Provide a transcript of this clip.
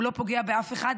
הוא לא פוגע באף אחד.